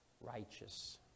righteous